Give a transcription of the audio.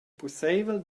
pusseivel